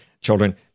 children